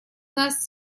нас